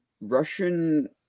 Russian